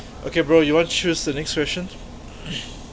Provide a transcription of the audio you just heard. okay bro you want to shoot us the next question